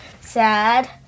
Sad